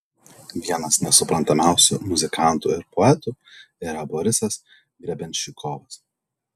vienas nesuprantamiausių muzikantų ir poetų yra borisas grebenščikovas